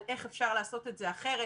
על איך לעשות את זה אחרת,